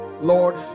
Lord